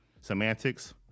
semantics